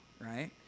right